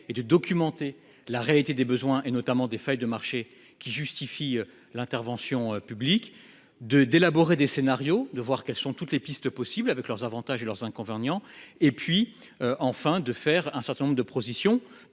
et de documenter la réalité des besoins et notamment des feuilles de marché qui justifie l'intervention publique de d'élaborer des scénarios de voir qu'elles sont toutes les pistes possibles avec leurs avantages et leurs inconvénients et puis enfin de faire un certain nombre de position